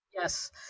yes